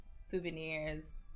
souvenirs